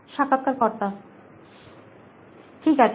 সাক্ষাৎকারকর্তা ঠিক আছে